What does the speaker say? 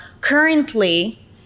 currently